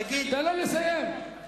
למה?